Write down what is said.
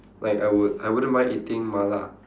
like I would I wouldn't mind eating mala